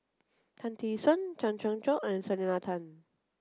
Tan Tee Suan Chen Sucheng and Selena Tan